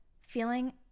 feeling